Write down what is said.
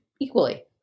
equally